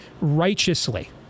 righteously